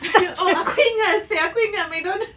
oh aku ingat seh aku ingat McDonald's